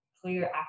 clear